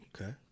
Okay